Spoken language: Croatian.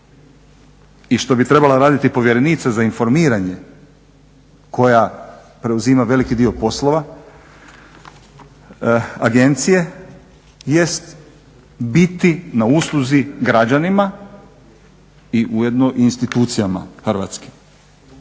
i što bi trebala raditi povjerenica za informiranje koja preuzima veliki dio poslova agencije jest biti na usluzi građanima i ujedno institucijama Hrvatske.